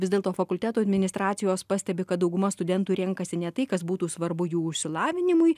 vis dėlto fakultetų administracijos pastebi kad dauguma studentų renkasi ne tai kas būtų svarbu jų išsilavinimui